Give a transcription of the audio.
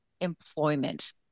employment